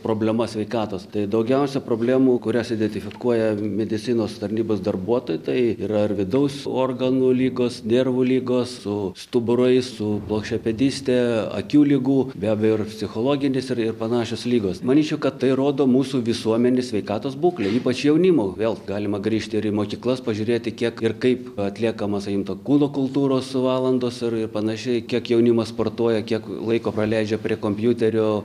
problemas sveikatos tai daugiausiai problemų kurias identifikuoja medicinos tarnybos darbuotojai tai yra ir vidaus organų ligos nervų ligos su stuburais su plokščiapėdyste akių ligų be abejo ir psichologinės ir ir panašios ligos manyčiau kad tai rodo mūsų visuomenės sveikatos būklę ypač jaunimo vėl galima grįžti ir į mokyklas pažiūrėti kiek ir kaip atliekama sakykim ta kūno kultūros valandos ir ir panašiai kiek jaunimas sportuoja kiek laiko praleidžia prie kompiuterio